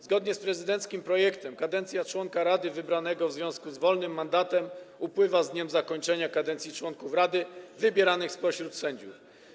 Zgodnie z prezydenckim projektem kadencja członka rady wybranego w związku z wolnym mandatem upływa z dniem zakończenia kadencji członków Rady wybieranych spośród sędziów.